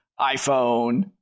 iPhone